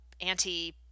anti